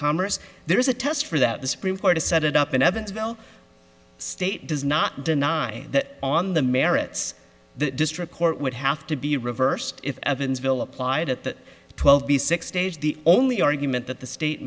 commerce there is a test for that the supreme court set it up in evansville state does not deny that on the merits the district court would have to be reversed if evansville applied at the twelve b six stage the only argument that the state